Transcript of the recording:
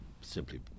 simply